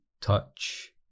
touch